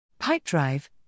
Pipedrive